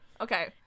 Okay